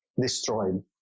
destroyed